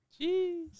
Jeez